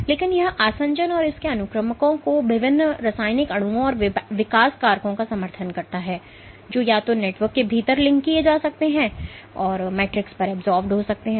लेकिन यह आसंजन और इसके अनुक्रमकों को विभिन्न रासायनिक अणुओं और विकास कारकों का समर्थन करता है जो या तो नेटवर्क के भीतर लिंक किए जा सकते हैं या मैट्रिक्स पर adsorbed हो सकते हैं